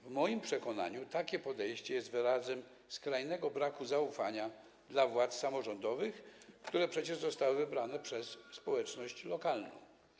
W moim przekonaniu takie podejście jest wyrazem skrajnego braku zaufania do władz samorządowych, które przecież zostały wybrane przez społeczności lokalne.